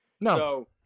No